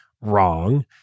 wrong